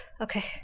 Okay